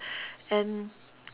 and